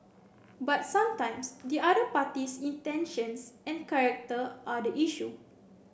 but sometimes the other party's intentions and character are the issue